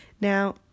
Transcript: Now